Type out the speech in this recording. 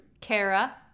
Kara